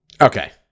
Okay